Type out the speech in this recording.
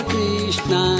Krishna